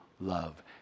love